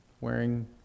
wearing